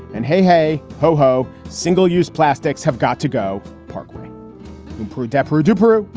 and hey, hey, ho ho. single use plastics have got to go. parklike adepero dupere. ah